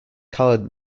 colored